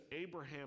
Abraham